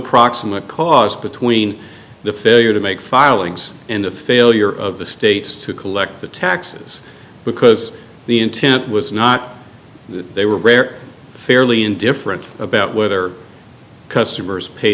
proximate cause between the failure to make filings and the failure of the states to collect the taxes because the intent was not they were rare fairly indifferent about whether customers pa